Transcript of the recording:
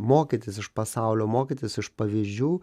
mokytis iš pasaulio mokytis iš pavyzdžių